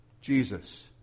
Jesus